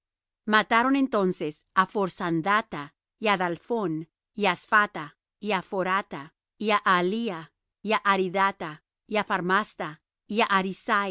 mataron entonces á phorsandatha y á dalphón y á asphatha y á phoratha y á ahalía y á aridatha y á pharmastha y